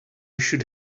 should